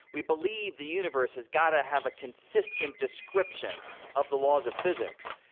we believe the universe has got to have a consistent description of the laws of physics.